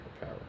power